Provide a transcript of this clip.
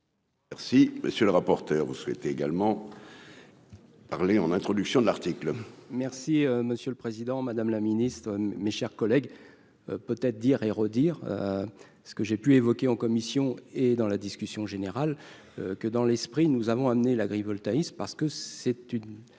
Merci, monsieur le rapporteur, vous souhaitez également. Parlé en introduction de l'article, merci monsieur le Président, Madame la Ministre, mes chers collègues peut être dire et redire ce que j'ai pu évoquer en commission et dans la discussion générale que dans l'esprit, nous avons amené l'agrivoltaïsme parce que c'est une,